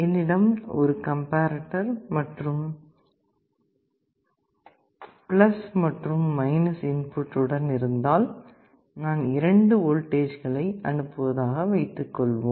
என்னிடம் ஒரு கம்ப்பேரேட்டர் மற்றும் இன்புட் உடன் இருந்தால் நான் 2 வோல்டேஜ்களை அனுப்புவதாக வைத்துக்கொள்வோம்